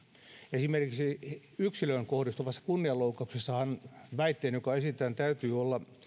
esimerkiksi yksilöön kohdistuvassa kunnianloukkauksessahan väitteen joka esitetään täytyy olla